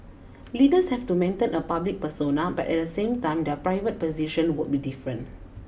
leaders have to maintain a public persona but at the same time their private position would be different